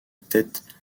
tête